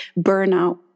burnout